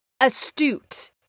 astute